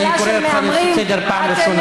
אני קורא אותך לסדר פעם ראשונה.